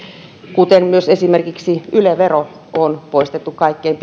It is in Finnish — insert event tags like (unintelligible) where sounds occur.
kuten myös esimerkiksi yle vero on poistettu kaikkein (unintelligible)